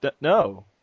no